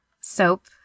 soap